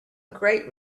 great